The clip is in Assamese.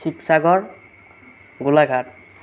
শিৱসাগৰ গোলাঘাট